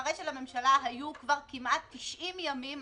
אחרי שלממשלה היו כבר כמעט 90 ימים,